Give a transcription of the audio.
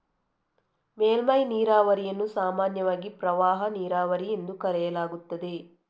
ಮೇಲ್ಮೈ ನೀರಾವರಿಯನ್ನು ಸಾಮಾನ್ಯವಾಗಿ ಪ್ರವಾಹ ನೀರಾವರಿ ಎಂದು ಕರೆಯಲಾಗುತ್ತದೆ